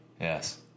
Yes